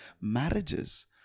Marriages